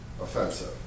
offensive